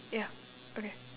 ya okay